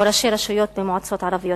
או ראשי רשויות במועצות ערביות.